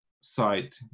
side